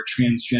transgender